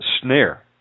Snare